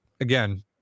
again